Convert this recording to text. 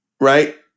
right